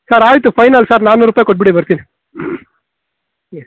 sir ಆಯಿತು final sir ನಾನ್ನೂರು ರೂಪಾಯಿ ಕೊಟ್ಟುಬಿಡಿ ಬರ್ತೀನಿ